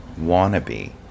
wannabe